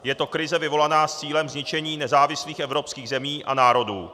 Je to krize vyvolaná s cílem zničení nezávislých evropských zemí a národů.